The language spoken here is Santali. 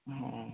ᱦᱮᱸ